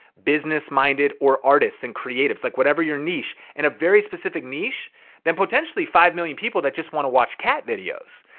business-minded, or artists and creatives, like whatever your niche in a very specific niche than potentially five million people that just wanna watch cat videos.